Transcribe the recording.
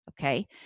Okay